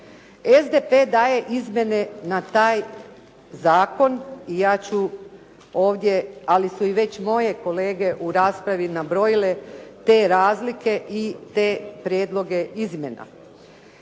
SDP daje izmjene na taj zakon i ja ću ovdje ali su i već moje kolege u raspravi nabrojile te razlike i te prijedloge izmjena.